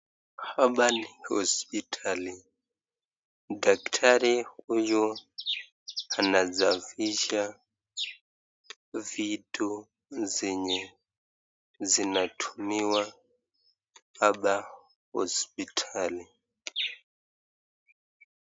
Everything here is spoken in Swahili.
Hapa ni hospitali, daktari huyu anasafisha vitu zenye zinatumiwa hapa hospitali.